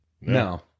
No